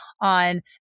on